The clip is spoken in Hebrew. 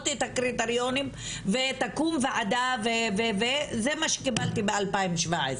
את הקריטריונים ותקום וועדה ו- ו- ו- זה מה שקיבלתי ב-2017,